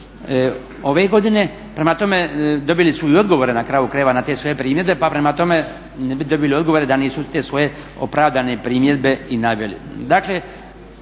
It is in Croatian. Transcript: ove godine, prema tome dobili su i odgovore na kraju krajeva na te svoje primjedbe pa prema tome ne bi dobili odgovore da nisu te svoje opravdane primjedbe i naveli.